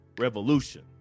Revolution